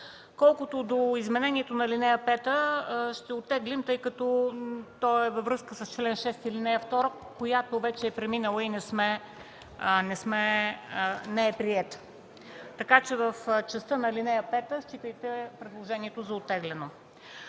Колкото до изменението на ал. 5, ще оттеглим предложението, тъй като то е във връзка с чл. 6, ал. 2, която вече е преминала и не е приета. Така че в частта на ал. 5, считайте предложението за оттеглено.